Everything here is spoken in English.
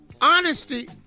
Honesty